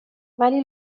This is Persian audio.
ولی